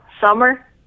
Summer